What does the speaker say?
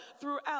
throughout